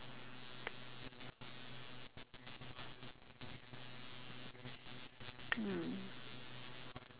hmm